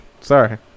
Sorry